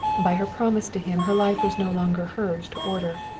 by her promise to him her life was no longer hers to order.